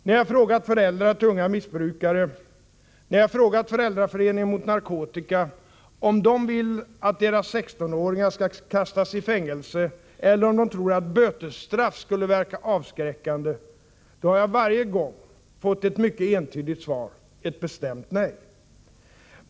När jag frågat föräldrar till unga missbrukare, när jag frågat Föräldraföreningen mot narkotika, om de vill att deras 16-åringar skall kastas i fängelse eller om de tror att ett bötesstraff skulle verka avskräckande — då har jag också varje gång fått ett mycket entydigt svar: ett bestämt nej.